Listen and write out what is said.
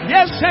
Yes